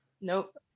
Nope